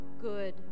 good